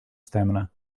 stamina